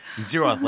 zero